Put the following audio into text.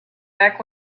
back